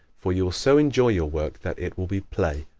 for you will so enjoy your work that it will be play.